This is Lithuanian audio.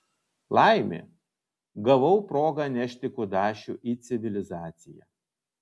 laimė gavau progą nešti kudašių į civilizaciją